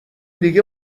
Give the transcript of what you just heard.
دیگه